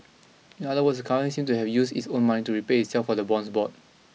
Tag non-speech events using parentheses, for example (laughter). in other words the (unintelligible) seemed to have used its own money to repay itself for the bonds bought